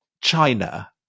China